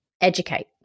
educate